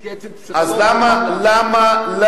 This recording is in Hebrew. זה היה קורה, אז למה לזה?